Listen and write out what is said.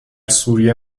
سوریه